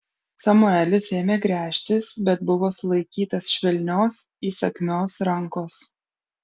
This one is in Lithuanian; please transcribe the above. samuelis ėmė gręžtis bet buvo sulaikytas švelnios įsakmios rankos